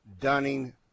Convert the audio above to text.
Dunning